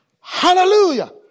Hallelujah